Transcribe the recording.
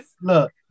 Look